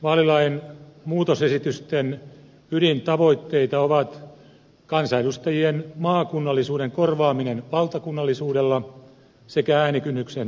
vaalilain muutosesitysten ydintavoitteita ovat kansanedustajien maakunnallisuuden korvaaminen valtakunnallisuudella sekä äänikynnyksen käyttöönotto